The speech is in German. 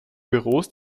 büros